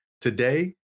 today